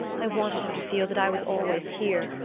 i wanted him to feel that i was always here,